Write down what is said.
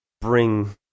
bring